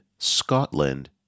Scotland